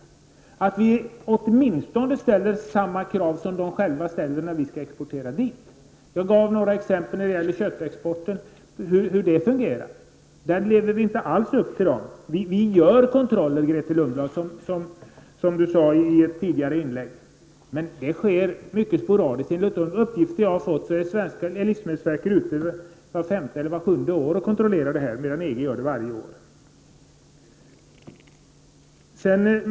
Vi bör ställa åtminstone samma krav som man i utlandet ställer när vi skall exportera. Jag har några exempel beträffande köttexporten. Vi lever inte alls upp till kraven. Det görs kontroller, som Grethe Lundblad sade i ett tidigare inlägg, men det sker mycket sporadiskt. Enligt de uppgifter som jag har fått är livsmedelsverket ute och kontrollerar vart femte eller sjunde år, medan EG gör kontroller varje år.